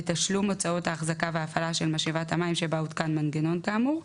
בתשלום הוצאות ההחזקה וההפעלה של משאבת המים שבה הותקן מנגנון כאמור,